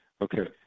Okay